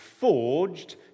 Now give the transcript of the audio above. forged